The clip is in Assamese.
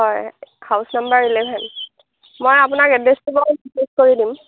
হয় হাউচ নাম্বাৰ ইলেভেন মই আপোনাক এড্ৰেছটো বাৰু মেচেজ কৰি দিম